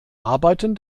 arbeiten